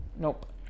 Nope